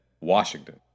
Washington